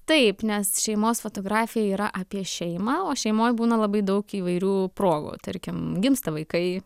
taip nes šeimos fotografija yra apie šeimą o šeimoj būna labai daug įvairių progų tarkim gimsta vaikai